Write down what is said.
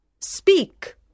Speak